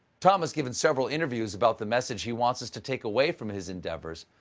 tom has given several interviews about the message he wants us to take away from his endeavors.